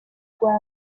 rwanda